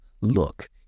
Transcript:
look